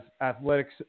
athletics